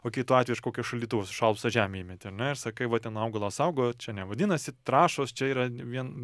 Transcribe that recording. o kitu atveju iš kokio šaldytuvo sušalusią žemę įmeti ar ne ir sakai va ten augalas augo o čia ne vadinasi trąšos čia yra vien